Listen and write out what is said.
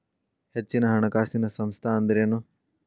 ಹೆಚ್ಚಿನ ಹಣಕಾಸಿನ ಸಂಸ್ಥಾ ಅಂದ್ರೇನು?